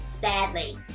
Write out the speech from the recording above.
sadly